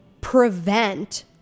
prevent